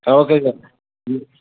okay sir